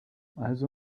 also